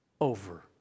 over